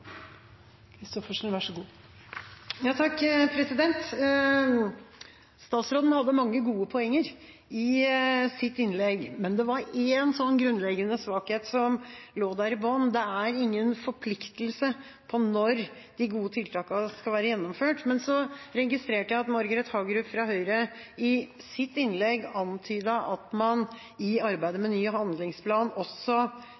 var en grunnleggende svakhet som lå der i bunnen. Det er ingen forpliktelse for når de gode tiltakene skal være gjennomført. Så registrerte jeg at Margret Hagerup fra Høyre i sitt innlegg antydet at man i arbeidet